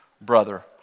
brother